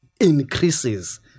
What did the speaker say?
increases